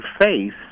face